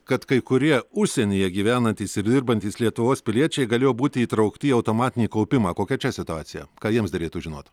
kad kai kurie užsienyje gyvenantys ir dirbantys lietuvos piliečiai galėjo būti įtraukti į automatinį kaupimą kokia čia situacija ką jiems derėtų žinot